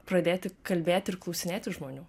pradėti kalbėti ir klausinėti žmonių